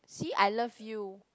see I love you